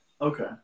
Okay